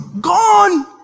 gone